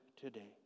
today